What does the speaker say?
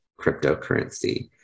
cryptocurrency